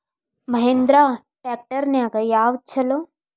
Mahindra tractor ನ್ಯಾಗ ಯಾವ್ದ ಛಲೋ?